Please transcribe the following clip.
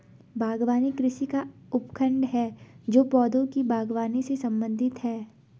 बागवानी कृषि का उपखंड है जो पौधों की बागवानी से संबंधित है